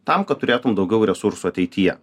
tam kad turėtum daugiau resursų ateityje